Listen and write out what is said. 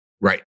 Right